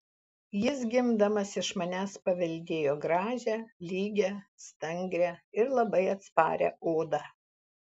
jis gimdamas iš manęs paveldėjo gražią lygią stangrią ir labai atsparią odą